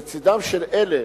לצדם של אלה